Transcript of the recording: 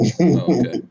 Okay